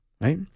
Right